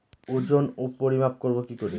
ওজন ও পরিমাপ করব কি করে?